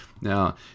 Now